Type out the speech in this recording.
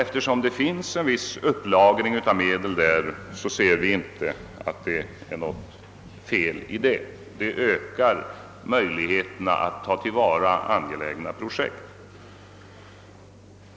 Eftersom det skett en viss upplagring av dessa medel kan vi inte se att det ligger något fel häri — det ökar möjligheterna att tillvarata angelägna projekt.